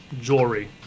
jewelry